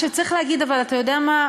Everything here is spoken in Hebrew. עכשיו צריך להגיד דבר: אתה יודע מה,